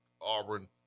Auburn